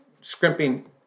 scrimping